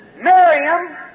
Miriam